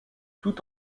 tout